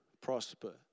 prosper